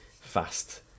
fast